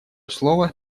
слово